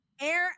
air